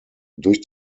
durch